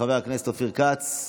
חבר הכנסת אופיר כץ,